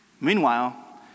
Meanwhile